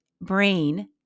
brain